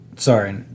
Sorry